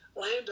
land